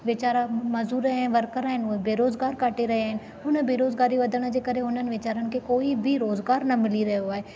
वेचारा मज़दूर ऐं वर्कर आहिनि उहे बेरोज़गार कटे रहिया इन हुन बेरोज़गारी वधण जे करे उन्हनि वेचारनि खे कोई बि रोज़गार न मिली रहियो आहे